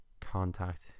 contact